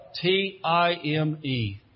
T-I-M-E